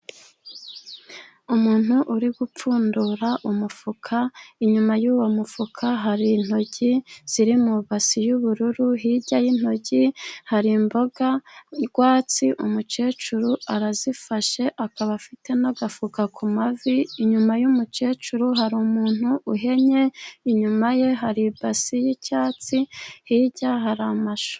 Umuntu uri gupfundura umufuka, inyuma y'uwo mufuka, hari intoryi ziri mu ibasi y'ubururu, hirya y'intoryi hari imboga rwatsi, umukecuru arazifashe, akaba afite n'agafuka ku mavi inyuma y'umukecuru, hari umuntu uhenye inyuma ye hari ibasi y'icyatsi, hirya hari amashu.